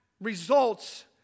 results